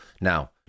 Now